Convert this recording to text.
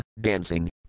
dancing